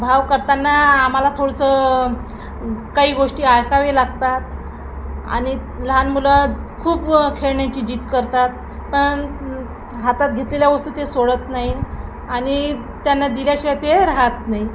भाव करताना आम्हाला थोडंसं काही गोष्टी ऐकावे लागतात आणि लहान मुलं खूप खेळण्याची जीत करतात पण हातात घेतलेल्या वस्तू ते सोडत नाही आणि त्यांना दिल्याशिवाय ते राहात नाही